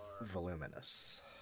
voluminous